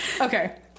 okay